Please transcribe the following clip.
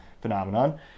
phenomenon